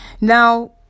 Now